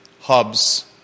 hubs